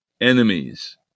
enemies